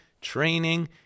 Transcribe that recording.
training